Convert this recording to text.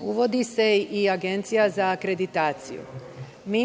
uvodi se i Agencija za akreditaciju. Mi